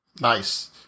Nice